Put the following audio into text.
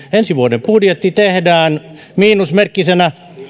ensi vuoden budjetti tehdään miinusmerkkisenä